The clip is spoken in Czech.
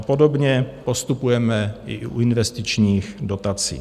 Podobně postupujeme i u investičních dotací.